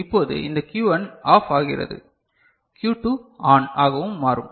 இப்போது இந்த Q1 OFF ஆகிறது Q2 ON ஆகவும் மாறும்